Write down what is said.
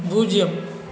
பூஜ்ஜியம்